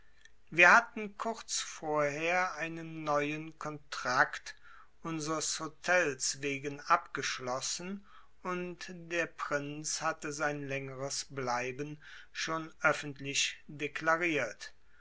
wir hatten kurz vorher einen neuen kontrakt unsers hotels wegen abgeschlossen und der prinz hatte sein längeres bleiben schon öffentlich deklariert